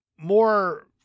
more